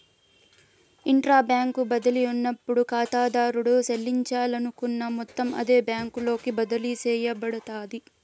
intra bank బదిలీ ఉన్నప్పుడు కాతాదారుడు సెల్లించాలనుకున్న మొత్తం అదే బ్యాంకులోకి బదిలీ సేయబడతాది